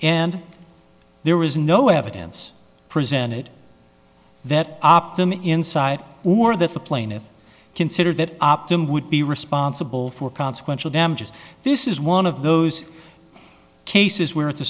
and there was no evidence presented that optum inside or that the plaintiff considered that optum would be responsible for consequential damages this is one of those cases where it's a